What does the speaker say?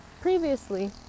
previously